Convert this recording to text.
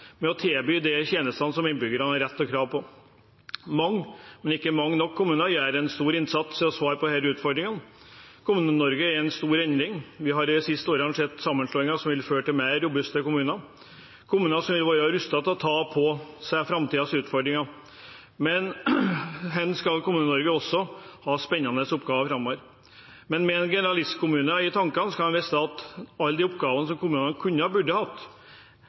med å tilby de tjenestene som innbyggerne har rett og krav på. Mange, men ikke mange nok, kommuner gjør en stor innsats i å svare på disse utfordringene. Kommune-Norge er i en stor endring. Vi har de siste årene sett sammenslåinger som vil føre til mer robuste kommuner, kommuner som vil være rustet til å ta på seg framtidens utfordringer. Kommune-Norge skal også ha spennende oppgaver framover. Men med generalistkommuner i tankene, skal en vite at når det gjelder alle de oppgavene som kommunene kunne og burde hatt,